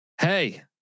Hey